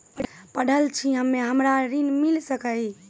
पढल छी हम्मे हमरा ऋण मिल सकई?